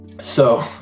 So-